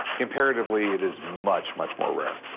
comparatively, it is much, much more rare.